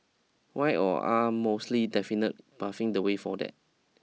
why or are mostly definite paving the way for that